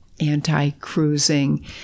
anti-cruising